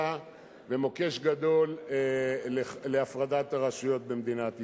ומוקש גדול להפרדת הרשויות במדינת ישראל.